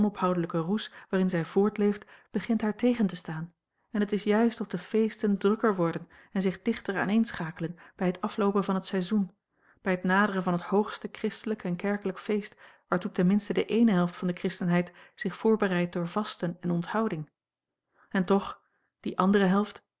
onophoudelijke roes waarin zij voortleeft begint haar tegen te staan en het is juist of de feesten drukker worden en zich dichter aaneenschakelen bij het afloopen van het seizoen bij het naderen van het hoogste christelijk en kerkelijk feest waartoe ten minste de eene helft van de christenheid zich voorbereid door vasten en onthouding en toch die andere helft